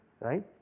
right